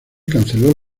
canceló